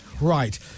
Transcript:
Right